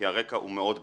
כי הרקע הוא מאוד בוטה.